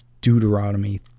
Deuteronomy